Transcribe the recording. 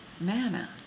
Manna